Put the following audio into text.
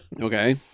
Okay